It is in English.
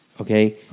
okay